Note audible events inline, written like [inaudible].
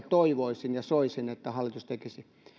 [unintelligible] toivoisin ja soisin että tällaisia toimenpiteitä hallitus tekisi